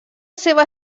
seva